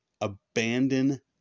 abandon